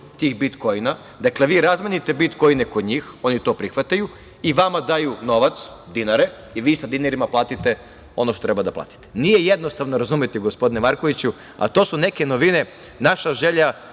tih bitkoina. Dakle, vi razmenite bitkoine kod njih, oni to prihvataju i vama daju novac, dinare i vi sa dinarima platite ono što treba da platite. Nije jednostavno razumeti, gospodine Markoviću, a to su neke novine. Moja želja